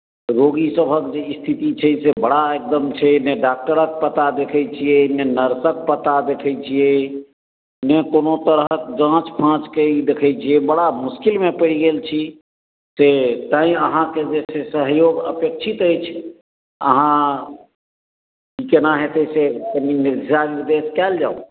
रोगी सभक जे स्थिति छै से बड़ा एकदम छै नहि डाक्टरक पता देखैत छियै नहि नर्सक पता देखैत छियै नहि कोनो तरहक जाँच फाँच के ई देखैत छियै बड़ा मुश्किलमे पड़ि गेल छी से काल्हि अहाँके जे छै सहयोग अपेक्षित अछि अहाँ केना हेतै से कनी ध्यान बैसायल जाउ